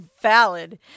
valid